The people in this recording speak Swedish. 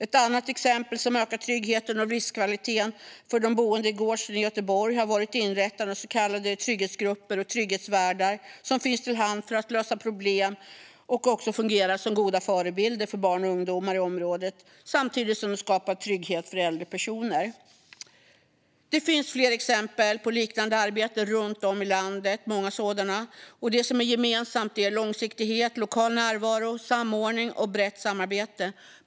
Ett annat exempel som ökat tryggheten och livskvaliteten för de boende i Gårdsten i Göteborg har varit inrättandet av så kallade trygghetsgrupper och trygghetsvärdar som finns till hands för att lösa problem och också fungera som goda förebilder för barn och ungdomar i området, samtidigt som de skapar trygghet för äldre personer. Det finns många fler exempel på liknande arbete runt om i landet. Det som är gemensamt är långsiktighet, lokal närvaro, samordning och brett samarbete.